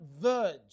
verge